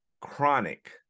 chronic